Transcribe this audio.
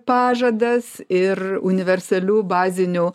pažadas ir universalių bazinių